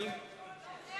יום אבל לאזרחי ישראל.